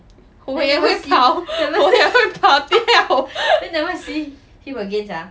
我也会跑我也会跑掉